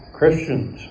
Christians